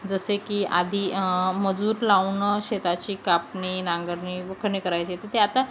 जसे की आधी मजूर लावून शेताची कापणी नांगरणी व खण करायची तर ते आता